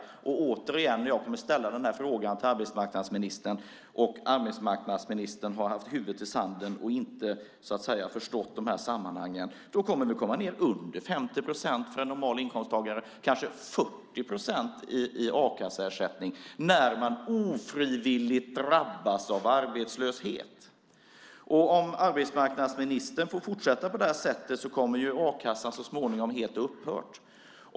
När jag återigen kommer att ställa den här frågan till arbetsmarknadsministern, och arbetsmarknadsministern har haft huvudet i sanden och inte förstått de här sambanden, kommer den att komma ned under 50 procent för en normal inkomsttagare. Det kanske blir 40 procent i a-kasseersättning när man ofrivilligt drabbas av arbetslöshet. Om arbetsmarknadsministern får fortsätta på det här sättet kommer a-kassan så småningom helt att upphöra.